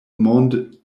monde